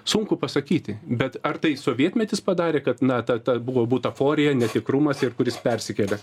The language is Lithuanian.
sunku pasakyti bet ar tai sovietmetis padarė kad na ta ta buvo butaforija netikrumas ir kuris persikelęs